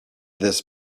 this